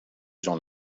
jean